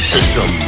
System